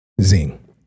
zing